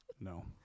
No